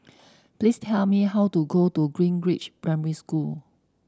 please tell me how to go to Greenridge Primary School